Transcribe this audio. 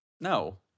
No